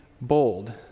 bold